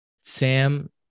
Sam